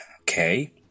okay